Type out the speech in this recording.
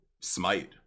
smite